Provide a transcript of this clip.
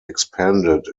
expanded